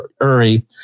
Uri